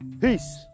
Peace